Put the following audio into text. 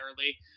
early